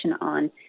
on